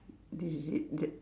this it it that